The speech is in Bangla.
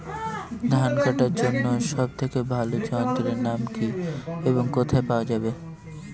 ধান কাটার জন্য সব থেকে ভালো যন্ত্রের নাম কি এবং কোথায় পাওয়া যাবে?